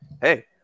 Hey